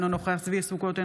אינו נוכח צבי ידידיה סוכות,